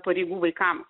pareigų vaikam